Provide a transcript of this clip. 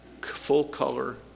full-color